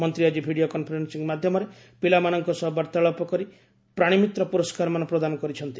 ମନ୍ତ୍ରୀ ଆଜି video conferencing ମାଧ୍ୟମରେ ପିଲାମାନଙ୍କ ସହ ବାର୍ତ୍ତାଳାପ କରି ପ୍ରାଣୀମିତ୍ର ପୁରସ୍କାରମାନ ପ୍ରଦାନ କରିଛନ୍ତି